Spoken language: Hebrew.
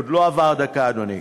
עוד לא עברה דקה, אדוני.